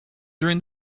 during